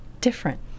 different